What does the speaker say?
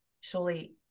surely